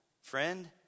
Friend